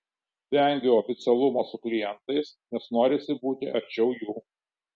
vengiu oficialumo su klientais nes norisi būti arčiau jų